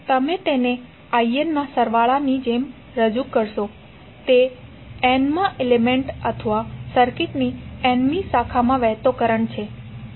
તમે તેને in ના સરવાળા ની જેમ રજૂ કરશો તે n મા એલિમેન્ટ્ અથવા સર્કિટની n મી શાખામાં વહેતો કરંટ છે